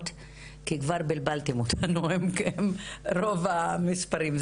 כי כבר בלבלתם אותנו עם רוב המספרים.